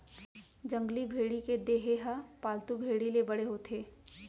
जंगली भेड़ी के देहे ह पालतू भेड़ी ले बड़े होथे